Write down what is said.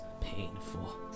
painful